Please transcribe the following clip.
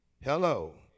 hello